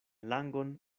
langon